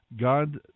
God